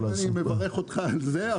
אני מברך אותך על זה,